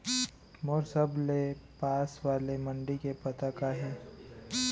मोर सबले पास वाले मण्डी के पता का हे?